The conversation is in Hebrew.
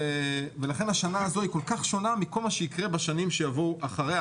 ולכן השנה הזו היא כל כך שונה מכל מה שיקרה בשנים שיבואו אחריה,